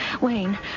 Wayne